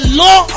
law